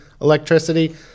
electricity